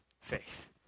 faith